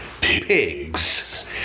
pigs